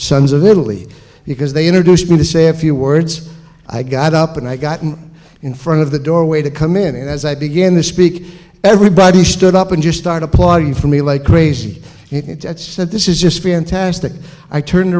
sons of italy because they introduced me to say a few words i got up and i gotten in front of the doorway to come in and as i begin to speak everybody stood up and just start applying for me like crazy and said this is just fantastic i turned